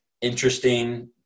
interesting